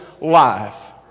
life